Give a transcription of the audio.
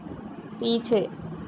पीछे